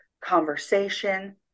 conversation